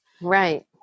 right